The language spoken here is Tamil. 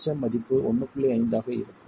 5 ஆக இருக்கும்